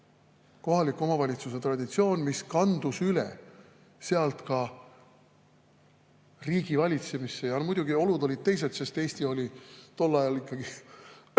kohaliku omavalitsuse traditsioon, mis kandus üle ka riigivalitsemisse. Muidugi olud olid teised, sest Eesti oli tol ajal suuresti